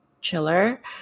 chiller